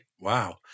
Wow